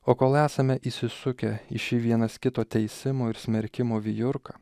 o kol esame įsisukę į šį vienas kito teisimo ir smerkimo vijurką